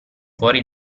fuori